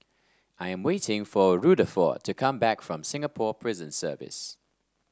I am waiting for Rutherford to come back from Singapore Prison Service